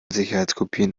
sicherheitskopien